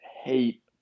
hate